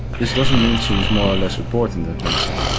this doesn't mean she is more or less important than vincent.